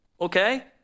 okay